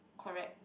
correct